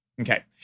Okay